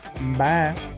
Bye